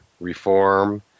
reform